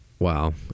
Wow